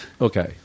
Okay